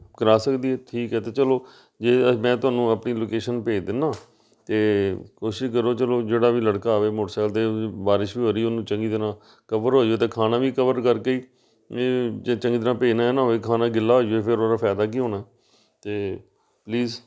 ਕਰਾ ਸਕਦੀ ਹੈ ਠੀਕ ਹੈ ਅਤੇ ਚਲੋ ਜੇ ਮੈਂ ਤੁਹਾਨੂੰ ਆਪਣੀ ਲੋਕੇਸ਼ਨ ਭੇਜ ਦਿੰਦਾ ਅਤੇ ਕੋਸ਼ਿਸ਼ ਕਰੋ ਚਲੋ ਜਿਹੜਾ ਵੀ ਲੜਕਾ ਆਵੇ ਮੋਟਰਸਾਇਕਲ 'ਤੇ ਬਾਰਿਸ਼ ਵੀ ਹੋ ਰਹੀ ਉਹਨੂੰ ਚੰਗੀ ਤਰ੍ਹਾਂ ਕਵਰ ਹੋ ਜਾਵੇ ਅਤੇ ਖਾਣਾ ਵੀ ਕਵਰ ਕਰਕੇ ਹੀ ਜੇ ਚੰਗੀ ਤਰ੍ਹਾਂ ਭੇਜਣਾ ਇਹ ਨਾ ਹੋਵੇ ਖਾਣਾ ਗਿੱਲਾ ਹੋ ਜਾਵੇ ਫਿਰ ਉਹਦਾ ਫਾਇਦਾ ਕੀ ਹੋਣਾ ਅਤੇ ਪਲੀਜ਼